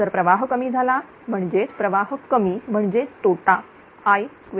जर प्रवाह कमी झाला म्हणजे प्रवाह कमी म्हणजेच तोटाI2r